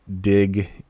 dig